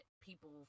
people